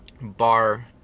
bar